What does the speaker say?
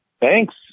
Thanks